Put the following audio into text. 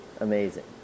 amazing